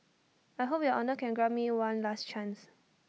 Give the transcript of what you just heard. I hope your honour can grant me one last chance